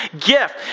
gift